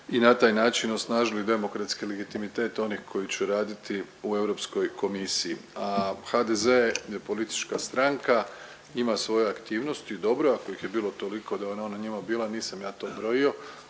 i na taj način osnažili demokratski legitimitet onih koji će raditi u Europskoj komisiji. A HDZ je politička stranka ima svoje aktivnosti i dobro ako ih je bilo toliko da je ona na njima bila nisam ja to brojio,